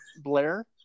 Blair